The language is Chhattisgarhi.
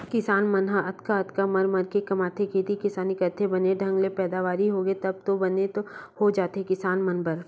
किसान मन ह अतका अतका मर मर के कमाथे खेती किसानी करथे बने ढंग ले पैदावारी होगे तब तो बने हो जाथे किसान मन बर